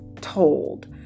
told